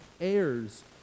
heirs